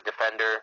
defender